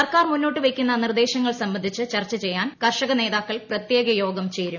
സർക്കാർ മുന്നോട്ട് വയ്ക്കുന്ന നിർദ്ദേശങ്ങൾ സംബന്ധിച്ച് ചർച്ച ചെയ്യുൻ കർഷക നേതാക്കൾ പ്രത്യേക യോഗം ചേരും